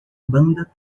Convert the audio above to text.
banda